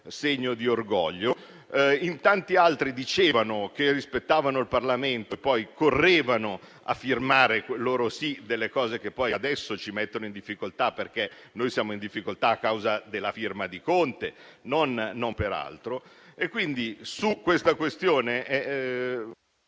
segno di orgoglio. Tanti altri dicevano che rispettavano il Parlamento e poi correvano a firmare - loro sì - delle cose che adesso ci mettono in difficoltà, perché noi siamo in difficoltà a causa della firma di Conte, non per altro.